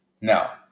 Now